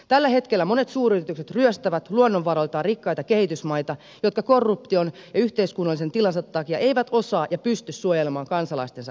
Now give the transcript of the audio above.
tällä hetkellä monet suuryritykset ryöstävät luonnonvaroiltaan rikkaita kehitysmaita jotka korruption ja yhteiskunnallisen tilansa takia eivät osaa ja pysty suojelemaan kansalaistensa etua